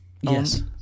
Yes